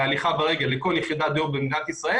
בהליכה ברגל לכל יחידת דיור במדינת ישראל,